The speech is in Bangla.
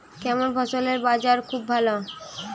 কেমন ফসলের বাজার খুব ভালো হয়?